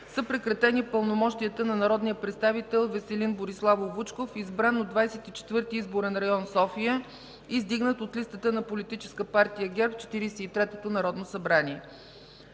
прекратени пълномощията на народния представител Веселин Бориславов Вучков, избран от 24. изборен район София, издигнат от листата на Политическа партия ГЕРБ в Четиридесет и третото народно събрание.